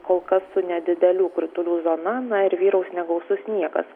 kol kas su nedidelių kritulių zona na ir vyraus negausus sniegas